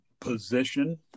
position